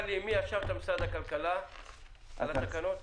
לי עם מי ישבת ממשרד הכלכלה על התקנות?